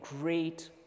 great